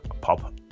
Pop